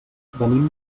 venim